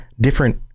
different